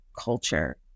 culture